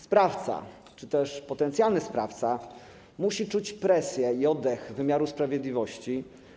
Sprawca czy też potencjalny sprawca musi czuć presję i oddech wymiaru sprawiedliwości.